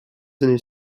années